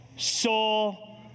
soul